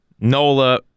Nola